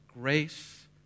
grace